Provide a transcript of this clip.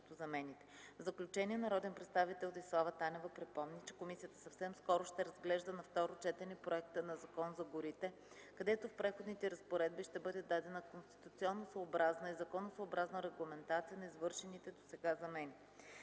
В заключение, народният представител Десислава Танева припомни, че комисията съвсем скоро ще разглежда на второ четене проекта на Закон за горите, където в Преходните разпоредби ще бъде дадена конституционосъобразна и законосъобразна регламентация на извършените досега замени.